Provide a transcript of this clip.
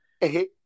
hey